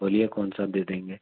بولیے کون سا دے دیں گے